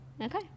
okay